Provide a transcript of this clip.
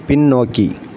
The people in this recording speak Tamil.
பின்னோக்கி